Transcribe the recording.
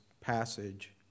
passage